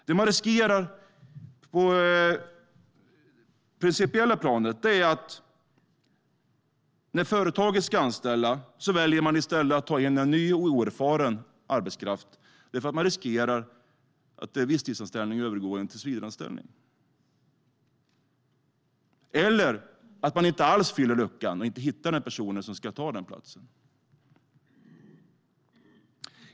Det man riskerar är att företaget när det ska anställa i stället väljer att ta in ny och oerfaren arbetskraft eftersom risken annars är att en visstidsanställning övergår i tillsvidareanställning. Eller så riskerar man att inte alls fylla luckan eftersom man inte hittar personen som ska ta platsen.